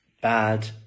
bad